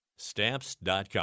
Stamps.com